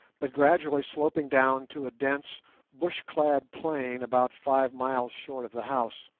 but gradually sloping down to a dense bush-clad plain about five miles short of the house.